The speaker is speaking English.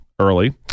early